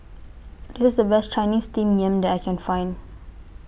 This IS The Best Chinese Steamed Yam that I Can Find